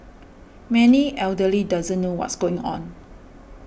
many elderly doesn't know what's going on